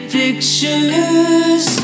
pictures